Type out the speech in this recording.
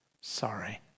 sorry